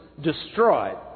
destroyed